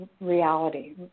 reality